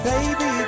Baby